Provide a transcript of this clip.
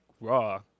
raw